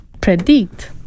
predict